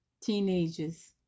teenagers